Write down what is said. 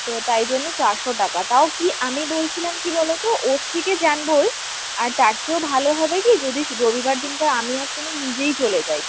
তো তাই জন্য চারশো টাকা তাও কি আমি বলছিলাম কী বলো তো ওর থেকে জানবোই আর তার চেয়েও ভালো হবে কি যদি রবিবার দিন কা আমি আর তুমি নিজেই চলে যাই